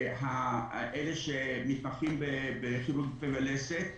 אלה שמתמחים בכירורגית פה ולסת.